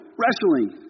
wrestling